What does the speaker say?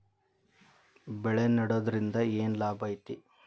ಬೆಳೆ ನೆಡುದ್ರಿಂದ ಏನ್ ಲಾಭ ಐತಿ?